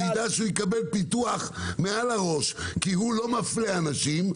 יידע שהוא יקבל פיתוח מעל הראש כי הוא לא מפלה אנשים,